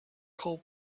call